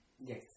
yes